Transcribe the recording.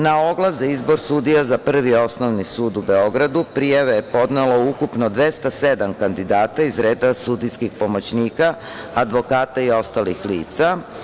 Na oglas za izbor sudija za Prvi osnovni sud u Beogradu, prijave je podnelo ukupno 207 kandidata iz reda sudijskih pomoćnika, advokata i ostalih lica.